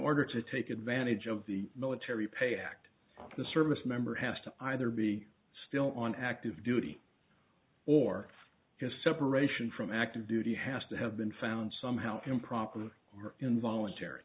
order to take advantage of the military pay act the service member has to either be still on active duty or just separation from active duty has to have been found somehow improper or involuntary